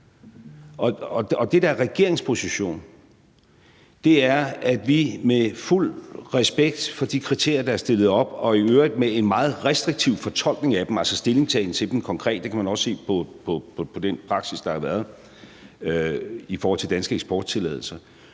Og det, der er regeringens position, er, at vi med fuld respekt for de kriterier, der er stillet op, og i øvrigt med en meget restriktiv fortolkning af dem, altså konkret stillingtagen til dem – det kan man også se på den praksis, der har været, i forhold til danske eksporttilladelser